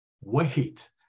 wait